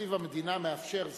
שהתקציב מאפשר זאת.